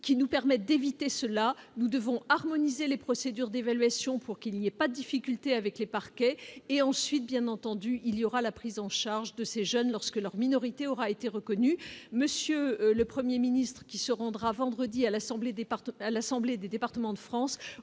qui nous permettent d'éviter cela, nous devons harmoniser les procédures d'évaluation pour qu'il n'y a pas difficulté avec les parquets et ensuite, bien entendu, il y aura la prise en charge de ces jeunes lorsque leur minorité aura été reconnu monsieur le 1er ministre qui se rendra vendredi à l'assemblée départementale,